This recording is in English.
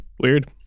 Weird